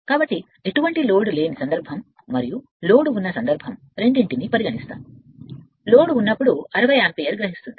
కాబట్టి లోడ్ పరిస్థితులు లో లేదుఎటువంటి లోడ్ లేదు మరొక లోడింగ్ చెప్పండి లోడ్ అయినప్పుడు మరొకదాన్ని 60 యాంపియర్ తీసుకుంటుంది